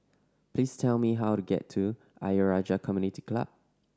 please tell me how to get to Ayer Rajah Community Club